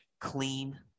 clean